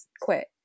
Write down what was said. quit